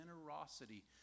generosity